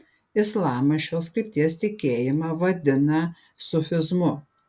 islamas šios krypties tikėjimą vadina sufizmu